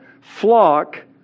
flock